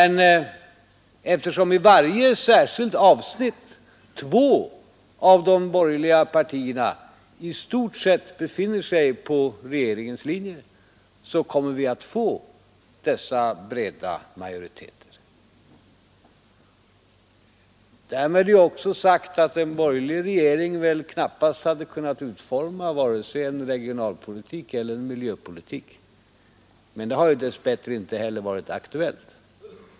Men eftersom i varje särskilt avsnitt två av de borgerliga partierna i stort sett befinner sig på regeringens linje kommer vi att få dessa breda majoriteter. Därmed är också sagt att en borgerlig regering väl knappast hade kunnat utforma vare sig en regionalpolitik eller en miljöpolitik — men detta har dess bättre inte heller varit aktuellt.